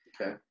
Okay